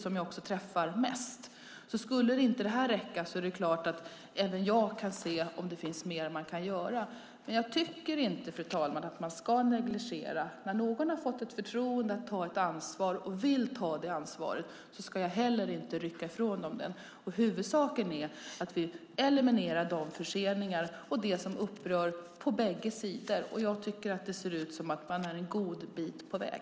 Om detta inte skulle räcka är det klart att även jag kan se om det finns mer man kan göra. Men jag tycker inte, fru talman, att man ska negligera någon som har fått ett förtroende att ta ett ansvar och vill ta det ansvaret. Då ska man inte rycka ifrån dem ansvaret. Huvudsaken är att vi eliminerar förseningarna och det som upprör på bägge sidor. Jag tycker att det ser ut som att man är en god bit på väg.